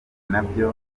nabyo